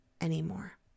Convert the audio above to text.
anymore